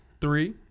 three